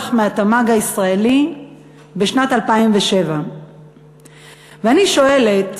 מהתמ"ג הישראלי בשנת 2007. ואני שואלת,